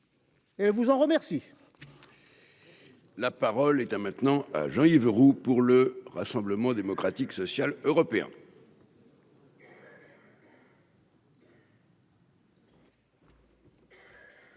Et vous en remercie.